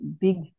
big